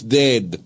dead